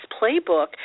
playbook